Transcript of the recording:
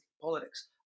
politics